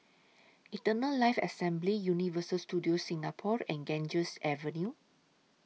Eternal Life Assembly Universal Studios Singapore and Ganges Avenue